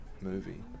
movie